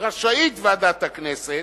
רשאית ועדת הכנסת,